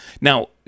Now